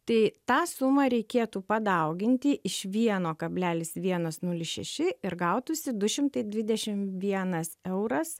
tai tą sumą reikėtų padauginti iš vieno kablelis vienas nulis šeši ir gautųsi du šimtai dvidešim vienas euras